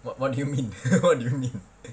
what what do you mean what do you mean